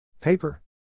paper